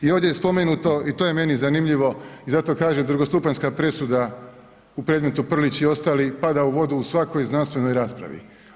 I ovdje je spomenuto i to je meni zanimljivo i zato kaže drugostupanjska presuda u predmetu Prlić i ostali pada u vodu u svakoj znanstvenoj raspravi.